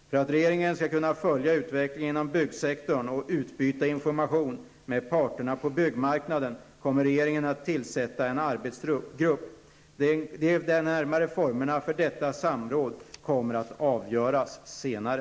För att regeringen skall kunna följa utvecklingen inom byggsektorn och utbyta information med parterna på byggmarknaden kommer regeringen att tillsätta en arbetsgrupp. De närmare formerna för detta samråd kommer att avgöras senare.